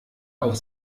auf